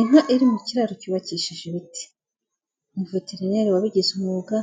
Inka iri mu kiraro cyubakishije ibiti, umuveterineri wabigize umwuga